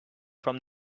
from